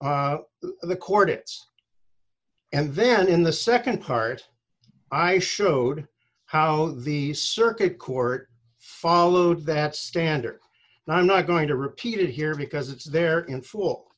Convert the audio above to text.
of the court it and then in the nd part i showed how the circuit court followed that standard and i'm not going to repeat it here because it's there in f